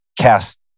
cast